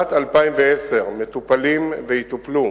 בשנת 2010 מטופלים ויטופלו